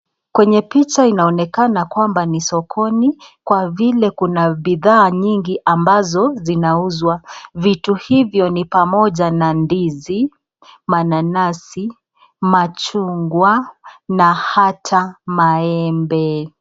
Kwenye picha inaonekana kwamba ni sokoni kwa vile kuna bidhaa nyingi ambazo zinauzwa. Vitu hivyo ni pamoja na ndizi, mananasi, machungwa na ata maembe.